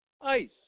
ICE